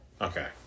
Okay